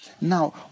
Now